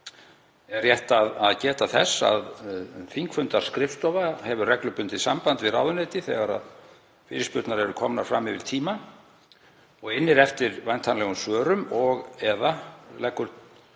er rétt að geta þess að þingfundaskrifstofa hefur reglubundið samband við ráðuneytið þegar fyrirspurnir eru komnar fram yfir tíma og innir eftir væntanlegum svörum og/eða leggur